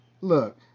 look